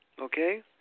okay